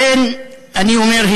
לכן אני אומר,